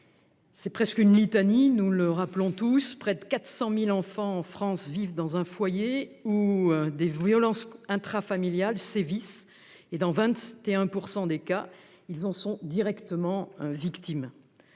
c'est une bien triste litanie que je reprends : près de 400 000 enfants en France vivent dans un foyer où des violences intrafamiliales sévissent ; dans 21 % des cas, ils en sont directement victimes.